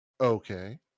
Okay